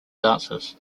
dancers